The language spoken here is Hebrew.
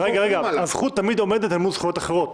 הזכות תמיד עומדת למול זכויות אחרות